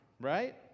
right